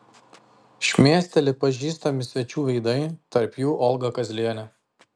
šmėsteli pažįstami svečių veidai tarp jų olga kazlienė